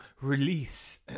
release